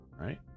right